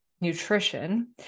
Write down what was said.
nutrition